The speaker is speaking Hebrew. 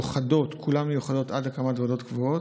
כולן מיוחדות, עד הקמת הוועדות הקבועות,